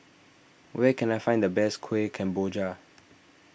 where can I find the best Kueh Kemboja